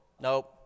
Nope